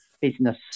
business